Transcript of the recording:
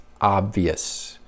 obvious